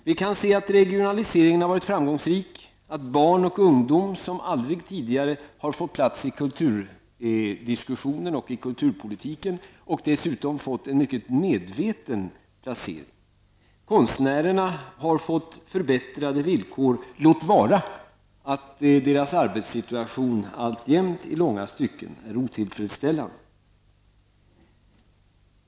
Vi kan se att regionaliseringen har varit framgångsrik och att barn och ungdom såsom aldrig tidigare har fått plats i kulturdiskussionen och i kulturpolitiken, dessutom en mycket medveten placering. Konstnärerna har fått förbättrade villkor, låt vara att deras arbetssituation alltjämt i långa stycken är otillfredsställande.